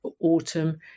autumn